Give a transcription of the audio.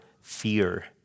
fear